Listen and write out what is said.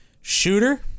shooter